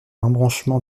embranchement